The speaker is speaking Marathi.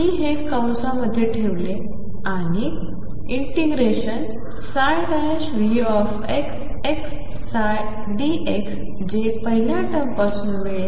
मी हे कंस मध्ये ठेवले∫Vxxψdx जे पहिल्या टर्मपासून मिळेल